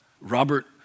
Robert